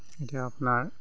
এতিয়া আপোনাৰ